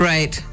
Right